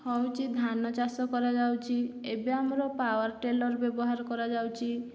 ହେଉଛି ଧାନଚାଷ କରାଯାଉଛି ଏବେ ଆମର ପାୱାର୍ ଟିଲର୍ ବ୍ୟବହାର କରାଯାଉଛି